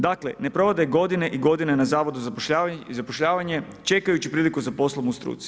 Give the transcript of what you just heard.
Dakle, ne provode godine i godine na Zavodu za zapošljavanje, čekajući priliku za poslom u struci.